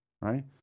right